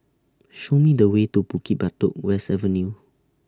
Show Me The Way to Bukit Batok West Avenue